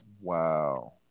Wow